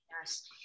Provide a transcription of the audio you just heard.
Yes